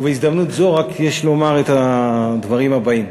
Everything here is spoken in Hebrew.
ובהזדמנות זו רק יש לומר את הדברים הבאים: